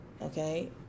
Okay